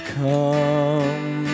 come